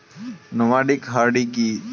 Nomadic herding কি?